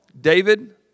David